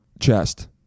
chest